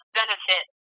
benefit